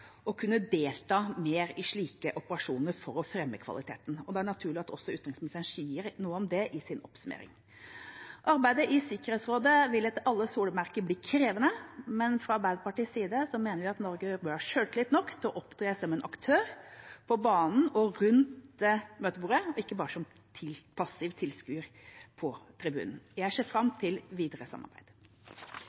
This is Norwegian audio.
for å fremme kvaliteten. Det er naturlig at utenriksministeren også sier noe om det i sin oppsummering. Arbeidet i Sikkerhetsrådet vil etter alle solemerker bli krevende, men fra Arbeiderpartiets side mener vi at Norge bør ha selvtillit nok til å opptre som en aktør på banen og rundt møtebordet, ikke bare som en passiv tilskuer på tribunen. Jeg ser fram til videre samarbeid.